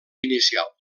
inicial